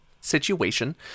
situation